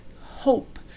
Hope